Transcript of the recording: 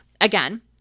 Again